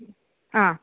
ആ